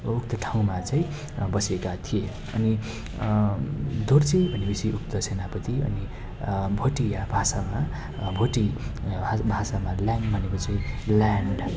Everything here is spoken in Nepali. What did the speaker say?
उक्त ठाउँमा चाहिँ बसेका थिए अनि दोर्जे भनेपछि उक्त सेनापति अनि भोटिया भाषामा भोटिया भाषामा ल्यान भनेको चाहिँ ल्यान्ड